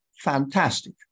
fantastic